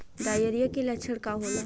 Diarrhoea के लक्षण का होला?